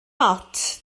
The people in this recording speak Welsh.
ond